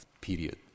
period